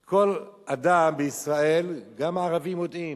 כל אדם בישראל, גם הערבים יודעים,